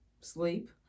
sleep